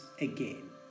again